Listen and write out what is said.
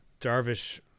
Darvish